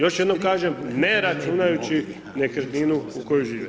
Još jednom kažem ne računajući nekretninu u kojoj žive.